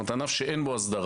כלומר, זה ענף שאין בו הסדרה.